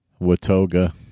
Watoga